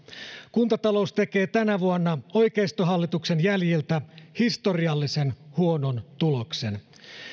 kuntatalous tekee tänä vuonna oikeistohallituksen jäljiltä historiallisen huonon tuloksen